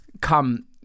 come